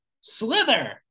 Slither